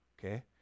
okay